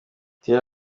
terry